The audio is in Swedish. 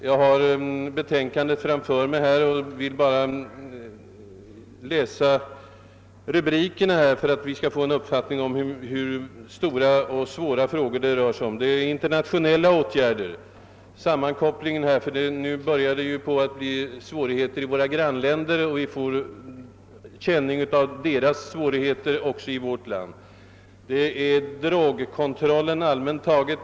Jag har betänkandet framför mig och skall bara läsa upp några rubriker ur betänkandets sammanfattning för att ge en uppfattning om hur omfattande och svåra frågor det rör sig om. Det gäller först internationella åtgärder. Här behövs nämligen mer än förut en sammankoppling med andra länders motåtgärder, eftersom våra grannländer också börjar få svårigheter med narkotikamissbruk, som vi får alltmer känning av även i vårt land. Det gäller drogkontrollen, allmänt taget.